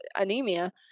anemia